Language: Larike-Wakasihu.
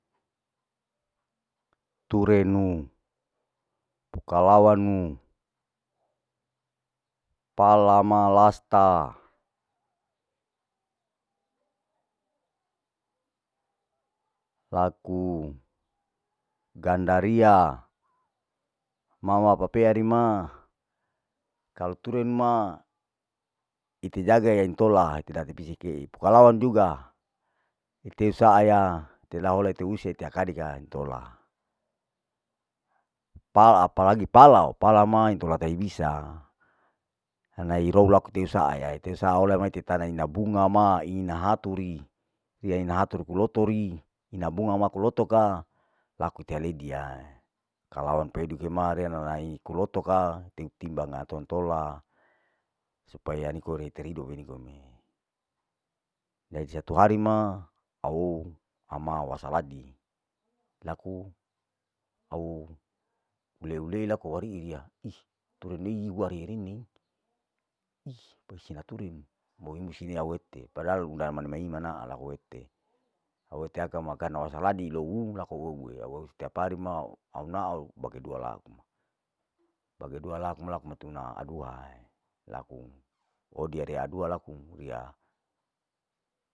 Turenu, pukalawanu pala ma lasta, laku gandaria mama papeari ma, kalu unture ni ma ite jaga ya intola ite dari pisike pokalawanu juga, ite usaa ya, ite lawa ya ite use ite akadikang intola, pala apalagi pala, pala maintola tai bisa ana irou laku tei saae yae teu saa ola tetana inda bunga ma ina haturi, ruya ina hatur pulotori. ina bunga laku ipoloto ka laku ite aledia. kalau empadu kema riya nalai kulotoka teu timbanga ton tola supaya nikore ter idope nikome, jadi satu hari ma au ama wasaladi, laku au leu leu laku warihiya is, turerei waririni, is pusi laturimi, moe musim au lete padahal undana meni mahimana laku wete, au ete aku ana karna wasaladi lou laku au oueya, au ou setiap hari ma au naau bage dua laku, bage dua lakum laku matona aduae, laku oudi readua laku uriya.